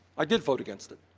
i did vote against it.